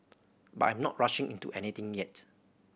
but I'm not rushing into anything yet